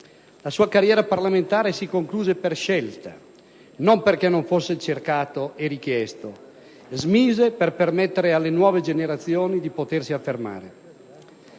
La sua carriera parlamentare si concluse per scelta, non perché non fosse cercato e richiesto: smise per permettere alle nuove generazioni di potersi affermare.